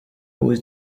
was